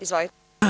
Izvolite.